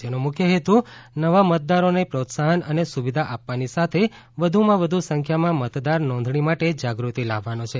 જેનો મુખ્ય હેતુ નવા મતદારોને પ્રોત્સાહન અને સુવિધા આપવાની સાથે વધુમાં વધુ સંખ્યામાં મતદાર નોંધણી માટે જાગૃતિ લાવવાનો છે